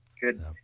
Good